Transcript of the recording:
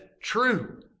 true